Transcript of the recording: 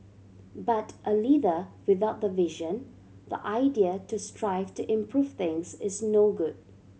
but a leader without the vision the idea to strive to improve things is no good